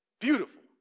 Beautiful